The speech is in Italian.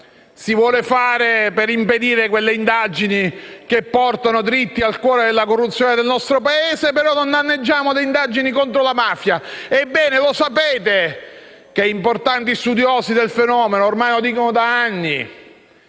Si vuole agire per impedire quelle indagini che portano dritti al cuore della corruzione del nostro Paese, ma senza danneggiare le indagini contro la mafia. Ebbene, sappiate che importanti studiosi del fenomeno dicono da anni